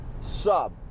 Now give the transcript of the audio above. sub